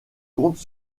compte